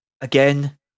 again